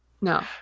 No